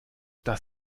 das